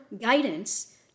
guidance